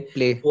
Play